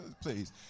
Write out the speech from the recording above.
please